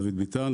דוד ביטן,